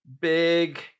big